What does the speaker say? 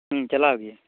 ᱦᱮᱸ ᱪᱟᱞᱟᱜ ᱜᱮᱭᱟ